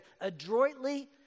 adroitly